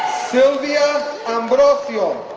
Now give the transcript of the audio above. silvia ambrocio,